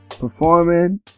performing